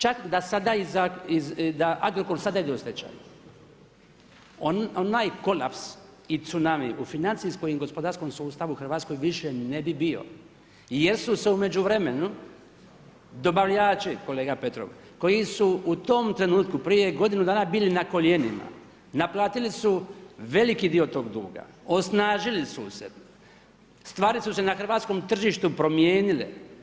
Čak da sada, da Agrokor sada ide u stečaj, onaj kolaps i tsunami u financijskom i gospodarskom sustavu u Hrvatskoj više ne bi bio jer su se u međuvremenu dobavljači kolega Petrov koji su u tom trenutku prije godinu dana bili na koljenima, naplatili su veliki dio tog duga, osnažili su se, stvari su se na hrvatskom tržištu promijenile.